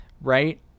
right